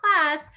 class